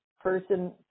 person –